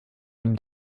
dem